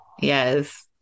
yes